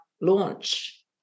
launch